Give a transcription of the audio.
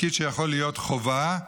תפקיד שיכול להיות חובה,